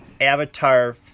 avatar